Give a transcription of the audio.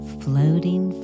floating